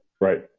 Right